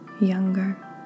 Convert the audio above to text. younger